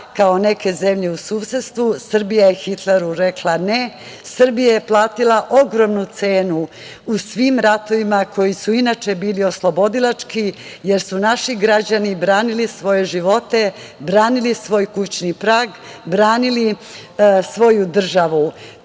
kao neke zemlje u susedstvu, Srbija je Hitleru rekla ne. Srbija je platila ogromnu cenu u svim ratovima koji su, inače bili oslobodilački, jer su naši građani branili svoje živote, branili svoj kućni prag, branili svoju državu.